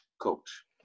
coach